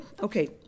okay